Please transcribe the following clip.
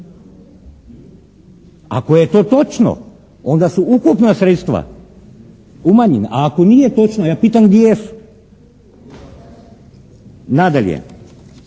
Ako je to točno, onda su ukupna sredstva umanjena. A ako nije točno, ja pitam gdje su. Nadalje,